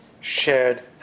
shared